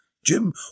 Jim